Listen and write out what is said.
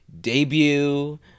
debut